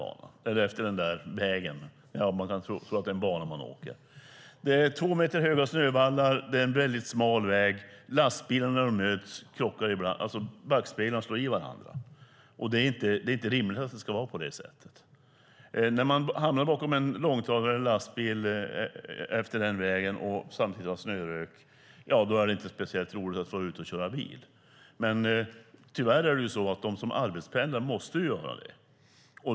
Man kan tro att det är en bana man åker. Det är två meter höga snövallar och en väldigt smal väg. När lastbilar möts slår backspeglarna ibland i varandra. Det är inte rimligt att det ska vara på det sättet. När man hamnar bakom en långstradare eller en lastbil efter den vägen och samtidigt har snörök är det inte speciellt roligt att vara ute och köra bil. Men tyvärr måste de som arbetspendlar göra det.